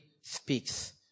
speaks